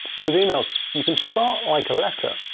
with emails, you can start like a letter.